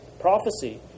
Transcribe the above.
prophecy